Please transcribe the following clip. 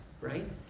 right